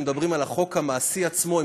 כשמדברים על החוק המעשי עצמו,